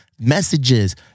messages